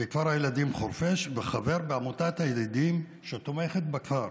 בכפר הילדים חורפיש וחבר בעמותת הידידים שתומכת בכפר.